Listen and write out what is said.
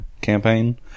campaign